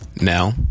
Now